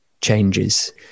changes